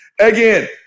Again